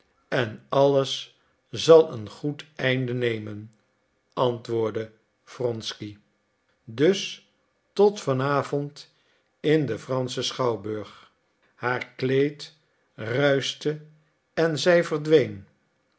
en alles zal een goed einde nemen antwoordde wronsky dus tot vanavond in den franschen schouwburg haar kleed ruischte en zij verdween